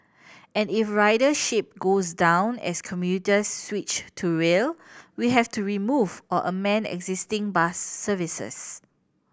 and if ridership goes down as commuters switch to rail we have to remove or amend existing bus services